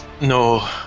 No